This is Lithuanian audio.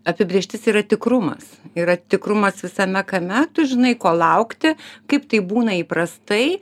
apibrėžtis yra tikrumas yra tikrumas visame kame tu žinai ko laukti kaip tai būna įprastai